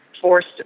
forced